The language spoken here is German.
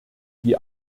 die